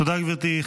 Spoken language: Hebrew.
תודה, גברתי.